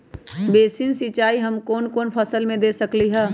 Basin सिंचाई हम कौन कौन फसल में दे सकली हां?